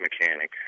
mechanic